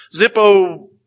Zippo